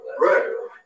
right